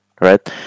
right